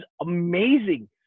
amazing